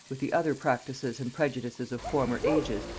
with the other practices and prejudices of former ages,